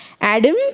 Adam